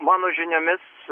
mano žiniomis